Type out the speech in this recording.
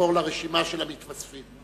נעבור לרשימה של המתווספים.